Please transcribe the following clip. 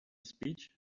speech